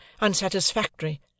unsatisfactory